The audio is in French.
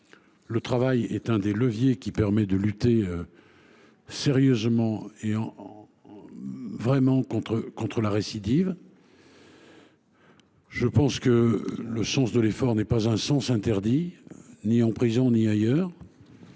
le travail est l'un des leviers qui permettent de lutter sérieusement contre la récidive. Le sens de l'effort n'est pas un sens interdit, ni en prison ni ailleurs.